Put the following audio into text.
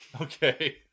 Okay